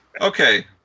Okay